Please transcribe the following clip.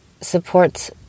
supports